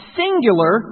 singular